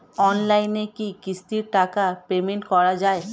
অনলাইনে কি কিস্তির টাকা পেমেন্ট করা যায়?